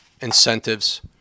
incentives